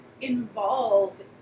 involved